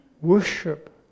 worship